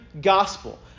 gospel